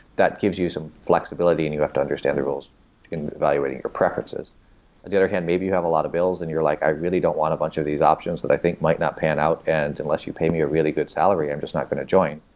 that gives you some flexibility and you have to understand the rules in evaluating your preferences. in the other hand, maybe you have a lot of bills and you're like, i really don't want a bunch of these options that i think might not pan out and unless you pay me a really good salary. i'm just not going to join.